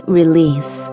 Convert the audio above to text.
release